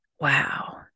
Wow